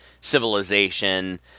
civilization